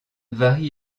vari